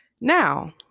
Now